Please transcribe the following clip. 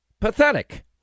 pathetic